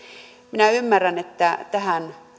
minä ymmärrän että tähän